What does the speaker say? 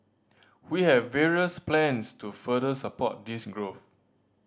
we have various plans to further support this growth